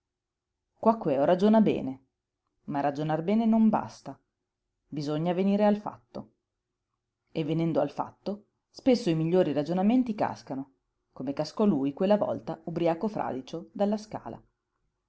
funzionario quaquèo ragiona bene ma ragionar bene non basta bisogna venire al fatto e venendo al fatto spesso i migliori ragionamenti cascano come cascò lui quella volta ubriaco fradicio dalla scala